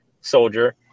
soldier